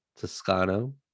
Toscano